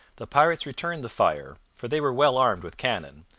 the pirates returned the fire, for they were well armed with cannon,